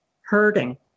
hurting